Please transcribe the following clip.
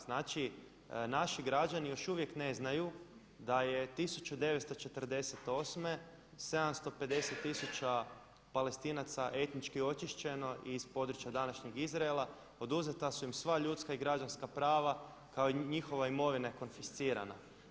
Znači naši građani još uvijek ne znaju da je 1948. 750 tisuća Palestinaca etnički očišćeno iz područja današnjeg Izraela, oduzeta su im sva ljudska i građanska prava kao i njihova imovina je konfecirana.